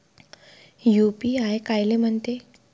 UPI कायले म्हनते?